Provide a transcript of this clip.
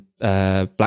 black